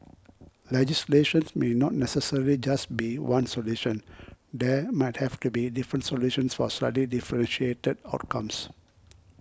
legislation may not necessarily just be one solution there might have to be different solutions for slightly differentiated outcomes